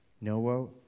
Noah